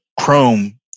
chrome